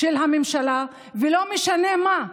של הממשלה, ולא משנה מה: